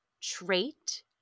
trait-